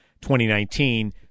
2019